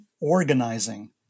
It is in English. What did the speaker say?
organizing